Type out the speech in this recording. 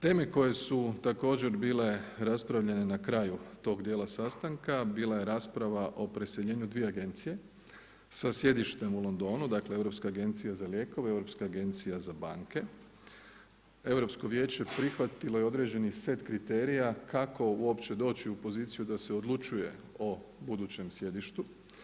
Teme koje su također bile raspravljene na kraju tog dijela sastanka, bila je rasprava o preseljenju 2 agencije sa sjedištem o Londonu, dakle Europska agencija za lijekove, Europska agencija za banke, Europsko vijeće prihvatilo je određeni set kriterija kako uopće doći u poziciju da se odlučuje o budućem sjedištu.